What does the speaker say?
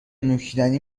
نوشیدنی